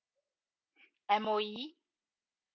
M_O_E